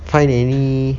find any